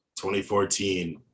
2014